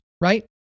right